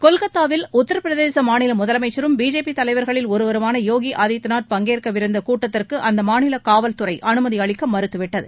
கொல்கத்தாவில் உத்திரபிரதேச மாநில முதலமைச்சரும் பிஜேபி தலைவர்களில் ஒருவருமான யோகி ஆதித்யநாக் பங்கேற்கவிருந்த கூட்டத்திற்கு அம்மாநில காவல்துறை அனுமதி அளிக்க மறுத்துவிட்டது